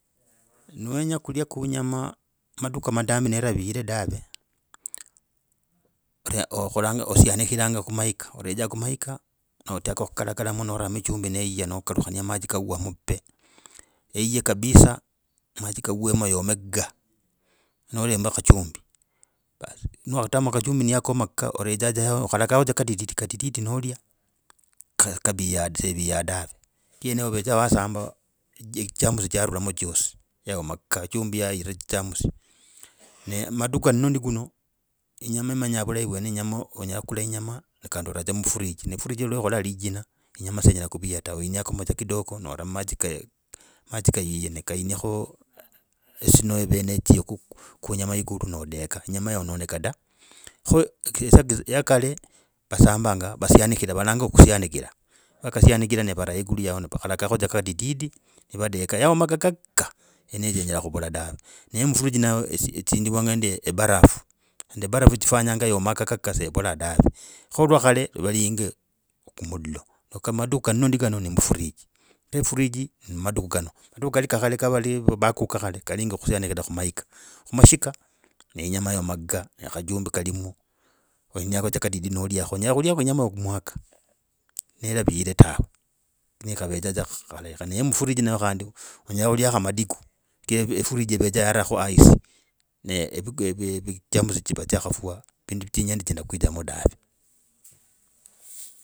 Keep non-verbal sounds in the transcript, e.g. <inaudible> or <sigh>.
Ne winya kulia enyama maduka madami neravire dave okholanga. Osanikirianga kumahiga, orejaa kumahiga, no otaga kukalakalamo no otamo echumbi neiya, nakulakania machi kawako pe. Eye kabisa, machi gawemo yame ga no kachumbi. Baas ni wakatamo, niyakoma ga oredza dza yahoo okhalakao dza kadididi kadidi nolya. Seviya da ovedza wazamba zigerms zyarulamo zyosi yayoma ga chumbi yayira zigerms. Ne madiku luno lundi kuno, enyama emenya za vulahi vwene, enyama onyela kuula enyama kandi nora mufridge, ne fridge iwekola ligina, enyama senyela kuviya tawe, oinakoma dza kidogo, nora mmatsi kayile ne kayiniako <hesitation> snow yive kuinyama <hesitation> kulu nodeka enyama yayenonoka da kho ya kale vasambanga vasinikiria valanganga kusanigiria, nivakasaganigiria ni vata ekulu yahoo ni vakalakakho kadididi nivadeka yahoma dza gagaga yeneyo yinyela kuvola dawe. Ne ya mufridge netsindiwanga nende barafu khandi barafu chifanyanga yama gagaga sevola dave. Kho lwa khala valinga mudlo. Kamadiku lundi kano ni kano ni mufridge. Efridge ni madiku kano, madiku kali ka kale ka vali ka vakuka khale, kali kusanigiria ku mahiga. Kho mashiga, ne yinyama ya maga na khachumbi kalimo. Khwenya dza kadidi nakhulia, onyaa kulia yinyama ku mwaka nelaviyire dawe ne ya mufridge khandi onyaa kuliako madiku, efridge yivedzaa yataa ku ice, germs dzifa dziakafwa dzinyende dzilikwitsamo dave.